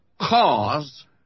cause